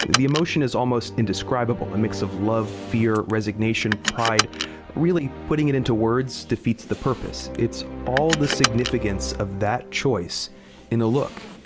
the emotion is almost indescribable a and mix of love, fear, resignation, pride really, putting it into words defeats the purpose. it's all the significance of that choice in the look.